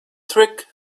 trick